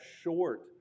short